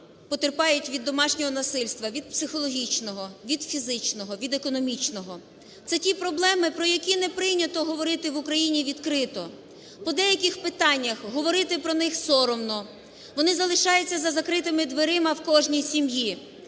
потерпають від домашнього насильства, від психологічного, від фізичного, від економічного. Це ті проблеми, про які не прийнято говорити в Україні відкрито. По деяких питаннях говорити про них соромно, вони залишаються за закритими дверима у кожній сім'ї.